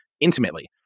intimately